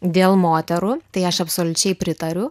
dėl moterų tai aš absoliučiai pritariu